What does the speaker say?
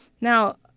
Now